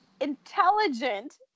intelligent